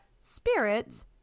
spirits